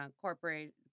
corporate